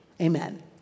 Amen